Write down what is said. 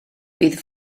bydd